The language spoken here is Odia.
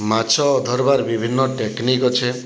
ମାଛ ଧର୍ବାର୍ ବିଭିନ୍ନ ଟେକ୍ନିକ୍ ଅଛେ